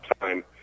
time